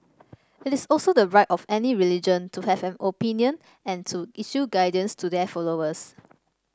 it is also the right of any religion to have an opinion and to issue guidance to their followers